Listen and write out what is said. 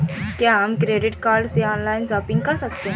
क्या हम credit card से ऑनलाइन शॉपिंग कर सकते हैं?